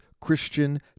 Christian